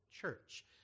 church